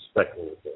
speculative